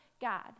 God